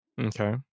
Okay